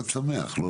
זה.